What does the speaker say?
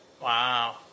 Wow